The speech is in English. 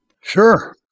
Sure